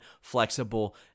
flexible